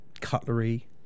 Cutlery